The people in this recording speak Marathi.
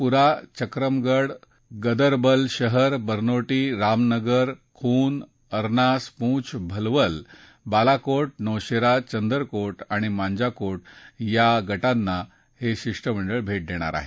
पुरा चक्रमगढ गांदरबल शहर बनॉटी रामनगर खून अरनास पुंछ भलवल बालाकोट नौशेरा चंदरकोट आणि मांजाकोट या गटांना हे शिष्टमंडळ भेट देणार आहे